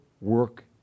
work